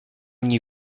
nie